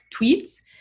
tweets